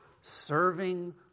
serving